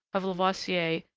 of lavoisier,